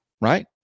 Right